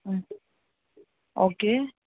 okay